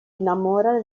innamora